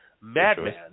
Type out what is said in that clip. Madman